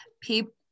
people